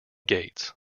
gates